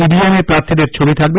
EVM এ প্রার্থীদের ছবি থাকবে